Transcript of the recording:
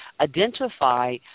Identify